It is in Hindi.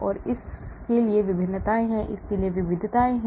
और इस के लिए भिन्नताएं हैं इस के लिए विविधताएं हैं